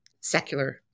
secular